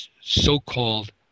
so-called